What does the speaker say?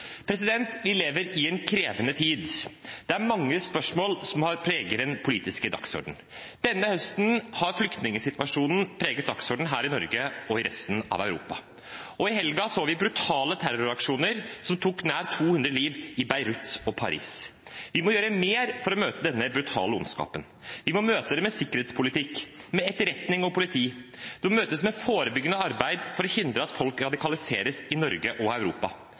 vi endre oss – både her hjemme i Norge og når det gjelder vår innsats i verden? Vi lever i en krevende tid. Det er mange spørsmål som preger den politiske dagsordenen. Denne høsten har flyktningsituasjonen preget dagsordenen her i Norge og i resten av Europa, og i helgen så vi brutale terroraksjoner som tok nær 200 liv i Beirut og Paris. Vi må gjøre mer for å møte denne brutale ondskapen. Vi må møte